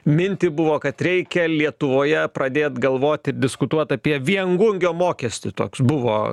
mintį buvo kad reikia lietuvoje pradėt galvoti ir diskutuot apie viengungio mokestį toks buvo